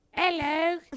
Hello